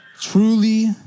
truly